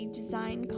design